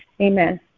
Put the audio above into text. Amen